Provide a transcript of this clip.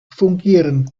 fungieren